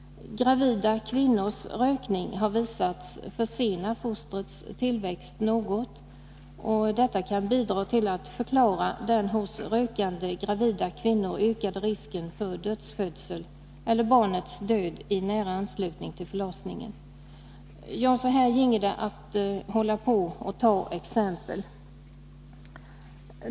Gravida kvinnors rökning har visat sig försena fostrets tillväxt något, vilket kan bidra till att förklara den bland rökande gravida kvinnor större risken för dödsfödsel eller barnets död i nära anslutning till förlossningen. Ja, så här ginge det att fortsätta exemplifieringen.